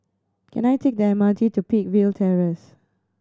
can I take the M R T to Peakville Terrace